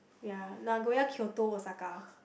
ya Nagoya Kyoto Osaka